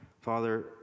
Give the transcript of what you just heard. Father